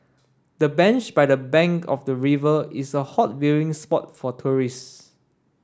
the bench by the bank of the river is a hot viewing spot for tourists